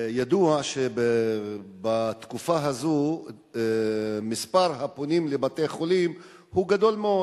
ידוע שבתקופה הזאת מספר הפונים לבתי-החולים הוא גדול מאוד.